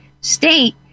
State